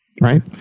Right